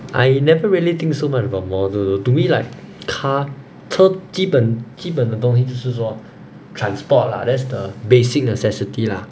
I never really think so much about model to me like car 车基本基本的东西就是说 transport lah that's the basic necessity lah